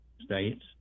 states